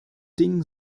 dingen